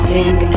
Pink